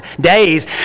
days